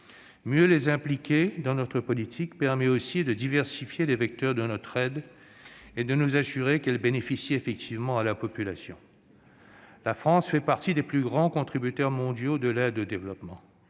Mieux l'impliquer dans notre politique permet aussi de diversifier les vecteurs de notre aide et de nous assurer qu'elle bénéficie effectivement à la population. La France fait partie des plus grands contributeurs mondiaux de l'aide au développement.